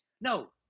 No